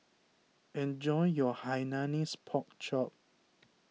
enjoy your Hainanese Pork Chop